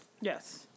Yes